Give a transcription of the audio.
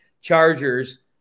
Chargers